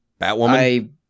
batwoman